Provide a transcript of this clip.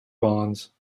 bonds